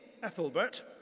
Ethelbert